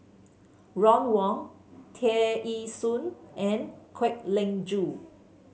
Ron Wong Tear Ee Soon and Kwek Leng Joo